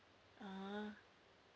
ah